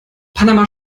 panama